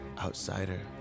Outsider